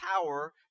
power